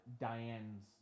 Diane's